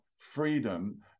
freedom